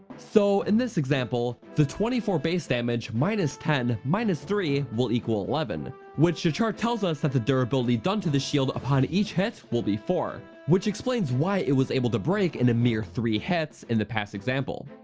so in this example, the twenty four base damage minus ten minus three will equal eleven which the chart tells us that the durability done to the shield upon each hit will be four which explains why it was able to break in a mere three hits in the past example.